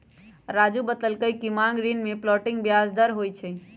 राज़ू बतलकई कि मांग ऋण में फ्लोटिंग ब्याज दर होई छई